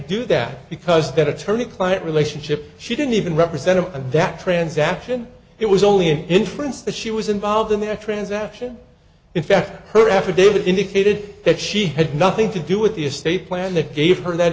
do that because that attorney client relationship she didn't even represented in that transaction it was only an inference that she was involved in the transaction in fact her affidavit indicated that she had nothing to do with the estate plan that gave her that